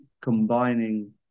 combining